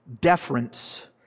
Deference